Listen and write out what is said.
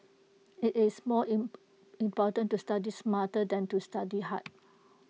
IT is more important to study smart than to study hard